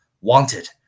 wanted